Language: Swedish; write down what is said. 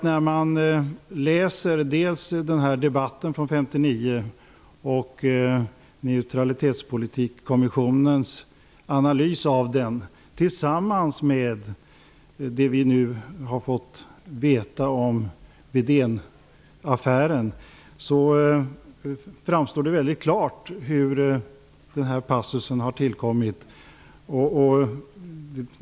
När man tar del av debatten från 1959 och Neutralitetspolitikkommissionens analys av den sammantaget med det vi nu har fått veta om Wedénaffären, framstår det mycket klart hur den här passusen har tillkommit.